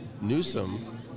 Newsom